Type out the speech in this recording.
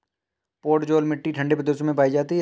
podzol मिट्टी ठंडे प्रदेशों में पाई जाती है